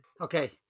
Okay